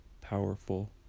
powerful